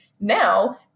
Now